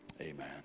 amen